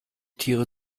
tiere